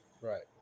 Right